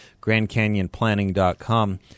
grandcanyonplanning.com